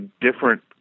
different